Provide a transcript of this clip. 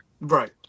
Right